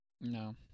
No